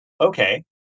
okay